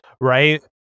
right